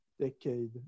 decade